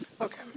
okay